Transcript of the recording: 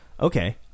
Okay